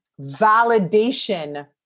validation